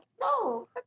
no